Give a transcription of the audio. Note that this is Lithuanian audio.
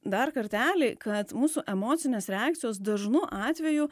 dar kartelį kad mūsų emocinės reakcijos dažnu atveju